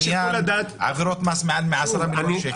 בעניין עבירות מס מעל 10 מיליון שקל,